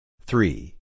Three